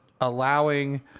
allowing